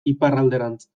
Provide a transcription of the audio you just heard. iparralderantz